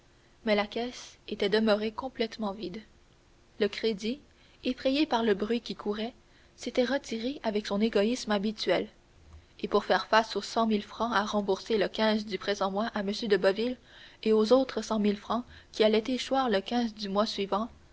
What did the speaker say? mais la caisse était demeurée complètement vide le crédit effrayé par le bruit qui courait s'était retiré avec son égoïsme habituel et pour faire face aux cent mille francs à rembourser le du présent mois à m de boville et aux autres cent mille francs qui allaient échoir le du mois suivant